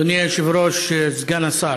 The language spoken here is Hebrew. אדוני היושב-ראש, סגן השר,